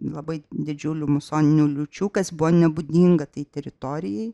labai didžiulių musoninių liūčių kas buvo nebūdinga tai teritorijai